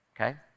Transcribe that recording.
Okay